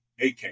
AK